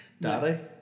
daddy